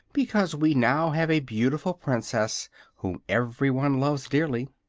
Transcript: because we now have a beautiful princess whom everyone loves dearly.